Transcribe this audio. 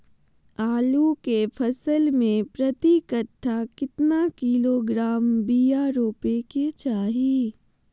आलू के फसल में प्रति कट्ठा कितना किलोग्राम बिया रोपे के चाहि?